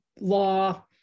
law